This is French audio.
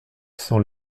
sont